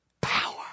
power